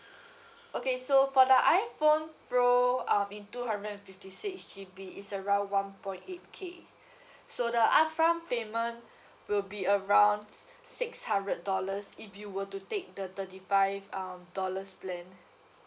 okay so for the iPhone pro uh with two hundred and fifty six G_B is around one point eight K so the upfront payment will be around s~ six hundred dollars if you were to take the thirty five um dollars plan